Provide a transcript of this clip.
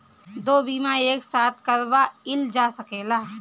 दो बीमा एक साथ करवाईल जा सकेला?